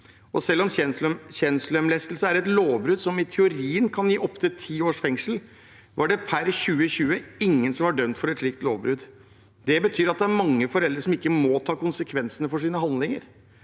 Selv om kjønnslemlestelse er et lovbrudd som i teorien kan gi opptil ti års fengsel, er det per 2020 ingen som er dømt for et slikt lovbrudd. Det betyr at det er mange foreldre som ikke må ta konsekvensen av sine handlinger.